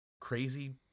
crazy